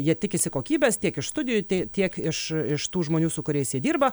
jie tikisi kokybės tiek iš studijų tei tiek iš iš tų žmonių su kuriais jie dirba